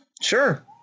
Sure